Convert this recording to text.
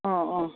ꯑꯣ ꯑꯣ